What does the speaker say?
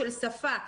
של שפה.